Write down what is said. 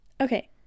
okay